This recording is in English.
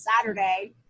Saturday